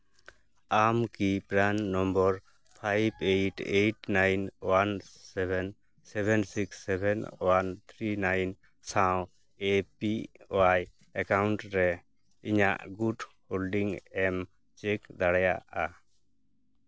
ᱟᱢ ᱠᱤ PRAN number five eight eight one seven seven six seven one three nine ᱥᱟᱶ APY account ᱨᱮ ᱤᱧᱟᱹᱜ ᱜᱩᱴ ᱦᱚᱞᱰᱤᱝ ᱮᱢ ᱪᱮᱠ ᱫᱟᱲᱮᱭᱟᱜᱼᱟ